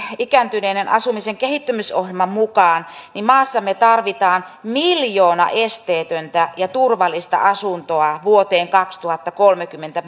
ikääntyneiden asumisen kehittämisohjelman mukaan maassamme tarvitaan miljoona esteetöntä ja turvallista asuntoa vuoteen kaksituhattakolmekymmentä